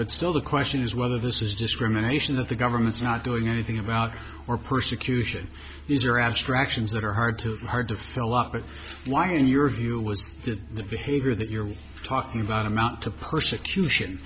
but still the question is whether this is discrimination that the government's not doing anything about or persecution the you're abstractions that are hard to hard to fill up but why in your view was did the behavior that you're talking about amount to persecution